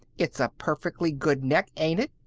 it's a perfectly good neck, ain't it?